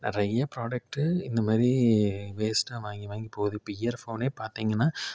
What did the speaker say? நிறைய ஃப்ராடக்ட்டு இந்த மாதிரி வேஸ்ட்டாக வாங்கி வாங்கி போகுது இப்போ இயர் ஃபோனே பார்த்திங்கன்னா